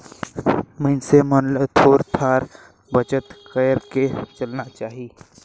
मइनसे मन ल थोर थार बचत कइर के चलना चाही